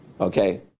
okay